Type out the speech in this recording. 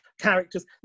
characters